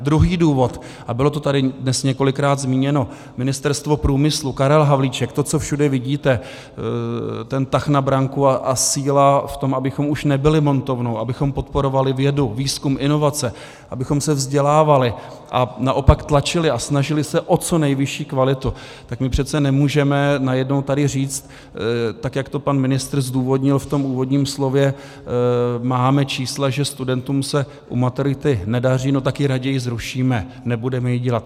Druhý důvod, a bylo to tady dnes několikrát zmíněno, Ministerstvo průmyslu, Karel Havlíček, to, co všude vidíte, ten tah na branku a síla v tom, abychom už nebyli montovnou, abychom podporovali vědu, výzkum, inovace, abychom se vzdělávali a naopak tlačili a snažili se o co nejvyšší kvalitu, tak my přece nemůžeme tady najednou říct, jak to pan ministr zdůvodnil v tom úvodním slově: máme čísla, že studentům se u maturity nedaří, tak ji raději zrušíme, nebudeme ji dělat.